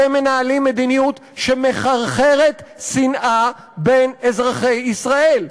אתם מנהלים מדיניות שמחרחרת שנאה בין אזרחי ישראל.